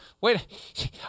wait